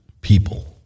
people